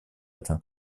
это